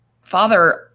father